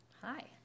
Hi